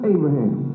Abraham